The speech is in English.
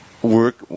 work